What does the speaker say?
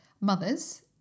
mothers